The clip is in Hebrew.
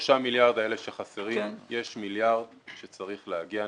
ה-3 מיליארד האלה שחסרים, יש מיליארד שצריך להגיע.